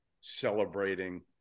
celebrating